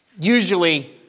Usually